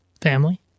Family